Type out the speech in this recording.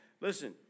listen